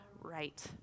right